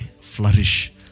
flourish